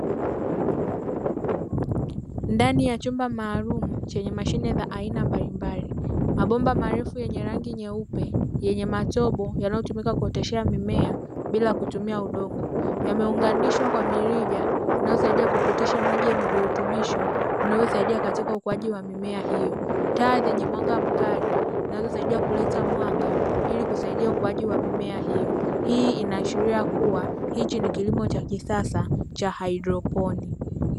Ndani ya chumba maalumu chenye mashine ya aina mbalimbali. Mabomba marefu yenye rangi nyeupe, yenye matobo yanayotumika kuoteshea mimea bila kutumia udongo; yameunganishwa kwa mirija inayosaidia kupitisha maji yenye virutubisho; vinavyosaidia katika ukuaji wa mimea hiyo. Taa zenye mwanga mkali, zinazosaidia kuleta mwanga ili kusaidia ukuaji wa mimea hiyo. Hii inaashiria kuwa hichi ni kilimo cha kisasa cha haidroponi.